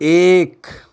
ایک